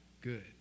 good